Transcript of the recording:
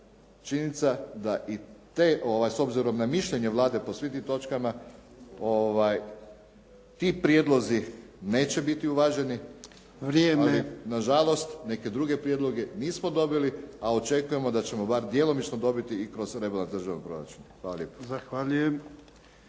činjenica da i te, s obzirom na mišljenje Vlade po svim tim točkama, ti prijedlozi neće biti uvaženi, ali nažalost neke druge prijedloge nismo dobili, a očekujemo da ćemo bar djelomično dobiti i kroz rebalans državnog proračuna. Hvala lijepo.